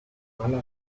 mala